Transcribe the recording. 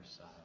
side